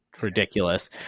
ridiculous